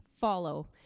follow